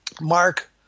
Mark